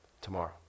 tomorrow